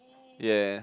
ya